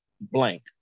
blank